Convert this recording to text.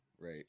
Right